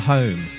Home